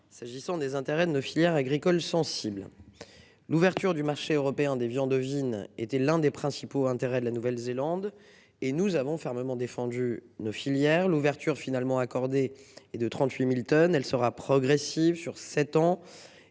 S'agissant des intérêts de nos filières agricoles sensibles. L'ouverture du marché européen des viandes ovines était l'un des principaux intérêts de la Nouvelle Zélande et nous avons fermement défendu nos filières l'ouverture finalement accordé et de 38.000 tonnes, elle sera progressive, sur 7 ans